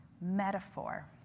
metaphor